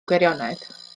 gwirionedd